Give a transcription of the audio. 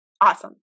Awesome